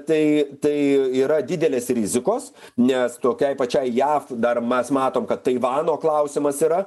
tai tai yra didelės rizikos nes tokiai pačiai jav dar mes matom kad taivano klausimas yra